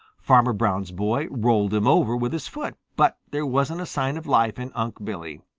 farmer brown's boy rolled him over with his foot, but there wasn't a sign of life in unc' billy.